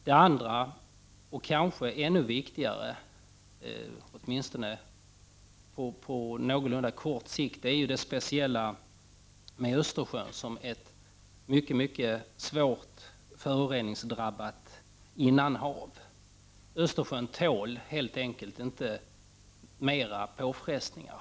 Det andra kanske ännu viktigare skälet, åtminstone på någorlunda kort sikt, är det speciella med Östersjön som ett mycket svårt föroreningsdrabbat innanhav. Östersjön tål helt enkelt inte mera påfrestningar.